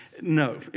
No